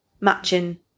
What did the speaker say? matching